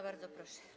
Bardzo proszę.